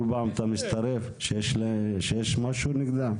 כל פעם אתה מצטרף כשיש משהו נגדם?